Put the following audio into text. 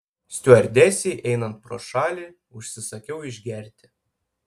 stiuardesei einant pro šalį užsisakiau išgerti